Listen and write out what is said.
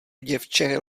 děvče